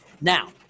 Now